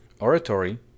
oratory